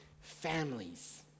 families